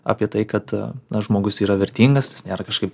apie tai kad na žmogus yra vertingas jis nėra kažkaip